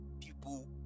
people